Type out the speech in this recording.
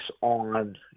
on